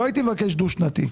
לא הייתי מבקש דו-שנתי,